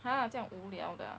!huh! 这样无聊的啊